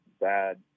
bad